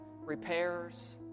repairs